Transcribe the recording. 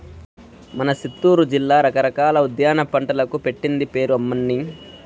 మన సిత్తూరు జిల్లా రకరకాల ఉద్యాన పంటలకు పెట్టింది పేరు అమ్మన్నీ